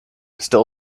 still